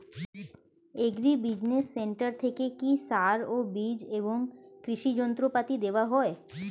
Agri business centre থেকে কি সার ও বিজ এবং কৃষি যন্ত্র পাতি দেওয়া হয়?